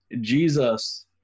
Jesus